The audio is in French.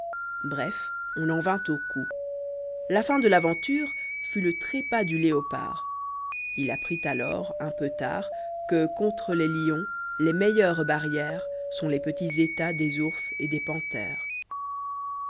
bref on en vint aux coups la fin de l'aventure fut le trépas du léopard il apprit alors un peu tard que contre les lions les meilleures barrières sont les petits états des ours et des panthères